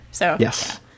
Yes